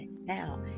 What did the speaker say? Now